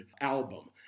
album